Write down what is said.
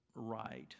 right